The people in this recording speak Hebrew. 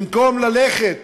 במקום ללכת